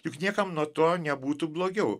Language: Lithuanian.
juk niekam nuo to nebūtų blogiau